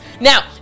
Now